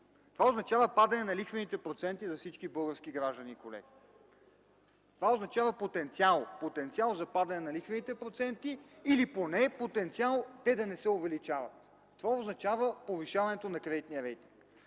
Това означава падане на лихвените проценти за всички български граждани, колеги. Това означава потенциал! Потенциал за падане на лихвените проценти или поне потенциал те да не се увеличават. Това означава повишаването на кредитния рейтинг.